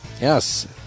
Yes